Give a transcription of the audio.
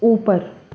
اوپر